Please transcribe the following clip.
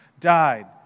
died